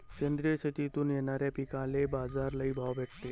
सेंद्रिय शेतीतून येनाऱ्या पिकांले बाजार लई भाव भेटते